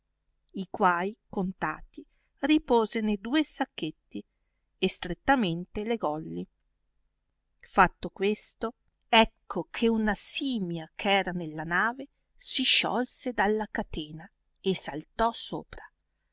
i quai contati ripose ne due sacchetti e strettamente legolli fatto questo ecco eh una simia eh era nella nave si sciolse dalla catena e saltò sopra